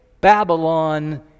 Babylon